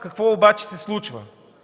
Какво обаче се случва